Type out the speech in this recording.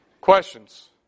questions